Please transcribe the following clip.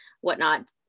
whatnot